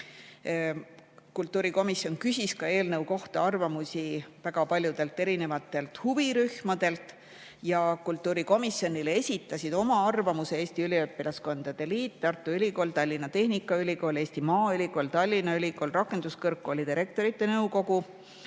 Kultuurikomisjon küsis eelnõu kohta arvamust väga paljudelt huvirühmadelt. Komisjonile esitasid oma arvamuse Eesti Üliõpilaskondade Liit, Tartu Ülikool, Tallinna Tehnikaülikool, Eesti Maaülikool, Tallinna Ülikool, Rakenduskõrgkoolide Rektorite Nõukogu,